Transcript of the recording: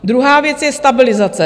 Druhá věc je stabilizace.